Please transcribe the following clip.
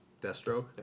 Deathstroke